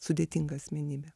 sudėtinga asmenybė